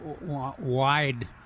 wide